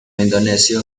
indonesio